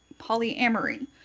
polyamory